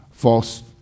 false